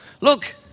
Look